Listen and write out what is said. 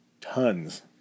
Tons